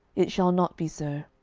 it shall not be so.